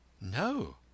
No